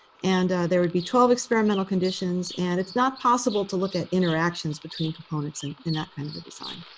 and there would be twelve experimental conditions. and it's not possible to look at interactions between components in in that kind of a design.